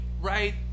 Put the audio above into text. right